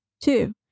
Two